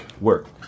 Work